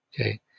Okay